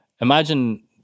Imagine